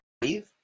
breathe